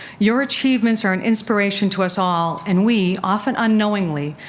your achievements are an inspiration to us all and we, often unknowingly,